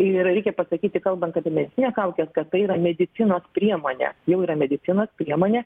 ir reikia pasakyti kalbant apie medicinines kaukes kad tai yra medicinos priemonė jau yra medicinos priemonė